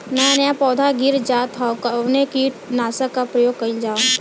नया नया पौधा गिर जात हव कवने कीट नाशक क प्रयोग कइल जाव?